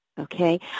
okay